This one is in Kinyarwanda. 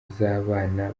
z’abana